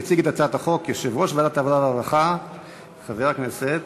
יציג את הצעת החוק יושב-ראש ועדת העבודה והרווחה חבר הכנסת